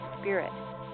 spirit